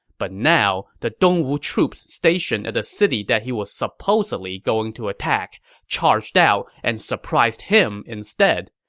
but now, the dongwu troops stationed at the city that he was supposedly going to attack charged out and surprised him instead.